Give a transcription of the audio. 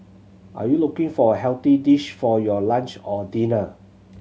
are you looking for a healthy dish for your lunch or dinner